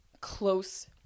close